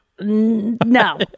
No